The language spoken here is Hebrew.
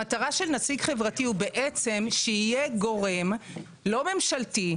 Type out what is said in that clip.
המטרה של נציג חברתי היא בעצם שיהיה גורם לא ממשלתי,